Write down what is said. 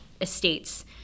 estates